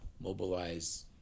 mobilize